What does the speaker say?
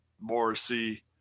Morrissey